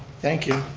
thank you.